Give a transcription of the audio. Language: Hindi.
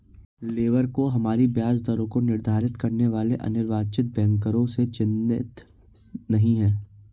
लेबर को हमारी ब्याज दरों को निर्धारित करने वाले अनिर्वाचित बैंकरों से चिंतित नहीं है